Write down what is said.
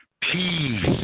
peace